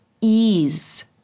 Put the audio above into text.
ease